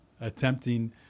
attempting